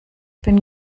bin